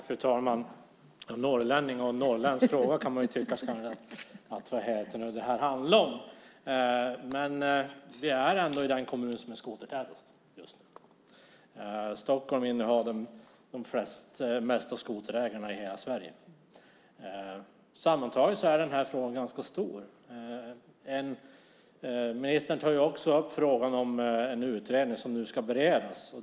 Fru talman! Vi befinner oss i den skotertätaste kommunen. I Stockholm finns de flesta skoterägarna i Sverige. Sammantaget är det här en stor fråga. Ministern tar också upp frågan om en utredning som ska beredas.